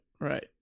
right